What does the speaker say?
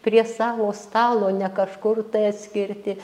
prie savo stalo ne kažkur tai atskirti